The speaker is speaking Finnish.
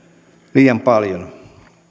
liian paljon